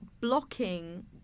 blocking